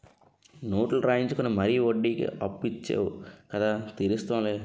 note రాయించుకుని మరీ వడ్డీకి అప్పు ఇచ్చేవు కదా తీరుస్తాం లే